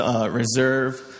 reserve